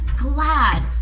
glad